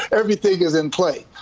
everything is in play.